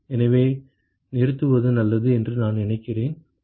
எனவே நிறுத்துவது நல்லது என்று நான் நினைக்கிறேன்